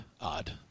odd